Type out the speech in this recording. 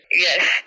yes